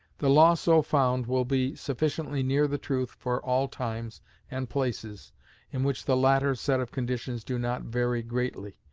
the law so found will be sufficiently near the truth for all times and places in which the latter set of conditions do not vary greatly,